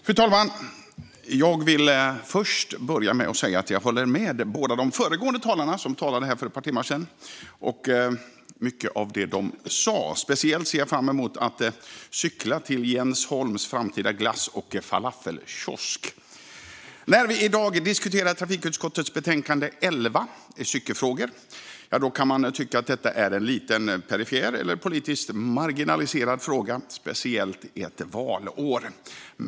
Fru talman! Jag vill börja med att säga att jag håller med båda de föregående talarna, som talade här för ett par timmar sedan, om mycket av det de sa. Jag ser speciellt fram emot att cykla till Jens Holms framtida glass och falafelkiosk. När vi i dag diskuterar trafikutskottets betänkande 11 Cykelfrågor , kan man tycka att det är en liten perifer eller politiskt marginaliserad fråga, speciellt ett valår.